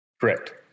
correct